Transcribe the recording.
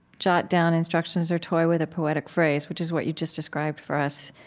jot down instructions or toy with a poetic phrase, which is what you just described for us.